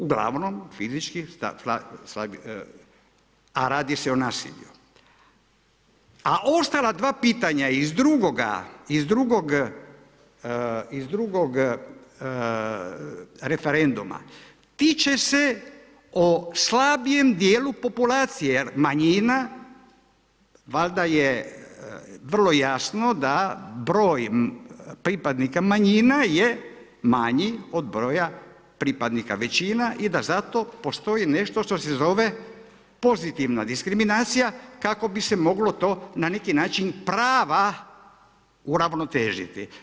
Uglavnom fizički slabijim, a radi se o nasilju, a ostala dva pitanja iz drugog referenduma tiče se o slabijem dijelu populacije jer manjina valjda je vrlo jasno da broj pripadnika manjina je manji od broja pripadnika većina i da zato postoji nešto što se zove pozitivna diskriminacija kako bi se moglo to na neki način prava uravnotežiti.